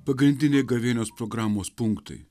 pagrindiniai gavėnios programos punktai